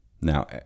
Now